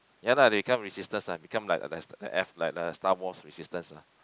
ya lah they become resistance lah become like there's the F like the Star-Wars resistance lah